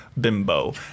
Bimbo